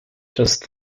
just